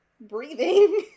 breathing